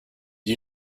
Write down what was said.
you